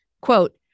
quote